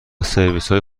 سرویسهای